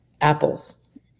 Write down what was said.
Apples